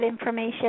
information